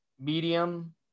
medium